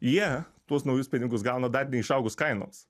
jie tuos naujus pinigus gauna dar neišaugus kainoms